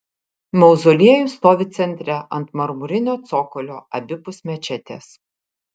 mauzoliejus stovi centre ant marmurinio cokolio abipus mečetės